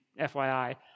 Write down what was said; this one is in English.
FYI